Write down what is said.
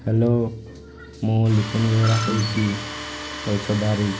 hello ମୁଁ ଲିପୁନ ବେହେରା କହୁଛି ଅଳଷଦାରୁ